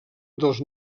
dels